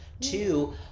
Two